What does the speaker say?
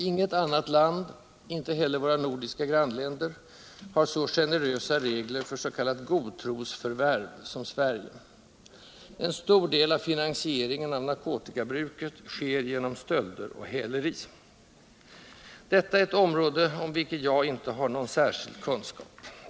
Inget annat land —- inte heller våra nordiska grannländer — har så generösa regler för s.k. godtrosförvärv som Sverige. En stor del av finansieringen av narkotikabruket sker genom stölder och häleri. Detta är ett område om vilket jag inte har någon särskild kunskap.